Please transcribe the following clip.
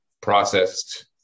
processed